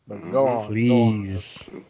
Please